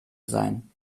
sein